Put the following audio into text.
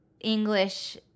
English